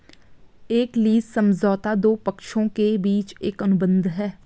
एक लीज समझौता दो पक्षों के बीच एक अनुबंध है